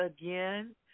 again